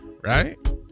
Right